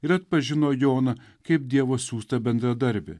ir atpažino joną kaip dievo siųstą bendradarbį